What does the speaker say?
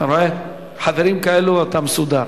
אתה רואה, חברים כאלה ואתה מסודר.